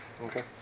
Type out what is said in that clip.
Okay